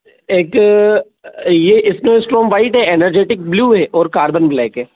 एक ये इसमें स्ट्रांग वाइट है एनर्जिटिक ब्लू है और कार्बन ब्लैक है